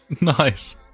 Nice